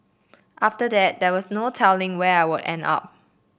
after that there was no telling where I would end up